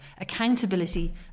accountability